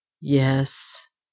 Yes